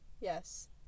yes